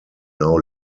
now